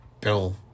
Bill